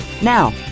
Now